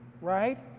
Right